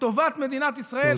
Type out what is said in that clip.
לטובת מדינת ישראל,